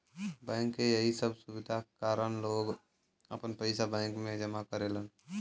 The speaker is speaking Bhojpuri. बैंक के यही सब सुविधा के कारन लोग आपन पइसा बैंक में जमा करेलन